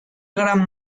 gran